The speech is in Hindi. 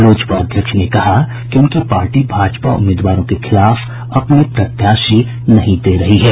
लोजपा अध्यक्ष ने कहा कि उनकी पार्टी भाजपा उम्मीदवारों के खिलाफ अपने प्रत्याशी नहीं दे रही है